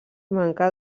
manca